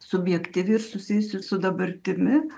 subjektyvi ir susijusi su dabartimi